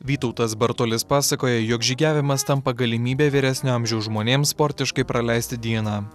vytautas bartulis pasakoja jog žygiavimas tampa galimybe vyresnio amžiaus žmonėms sportiškai praleisti dieną